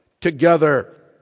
together